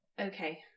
Okay